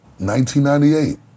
1998